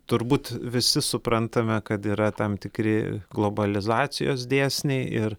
turbūt visi suprantame kad yra tam tikri globalizacijos dėsniai ir